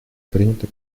принято